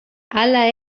hala